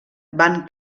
van